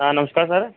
ਹਾਂ ਨਮਸਕਾਰ ਸਰ